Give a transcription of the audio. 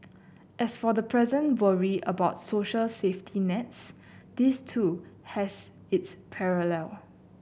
as for the present worry about social safety nets this too has its parallel